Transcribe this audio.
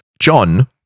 John